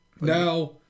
Now